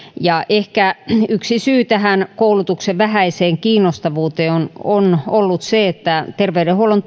ja ehkä yksi syy tähän koulutuksen vähäiseen kiinnostavuuteen on on ollut se että terveydenhuollon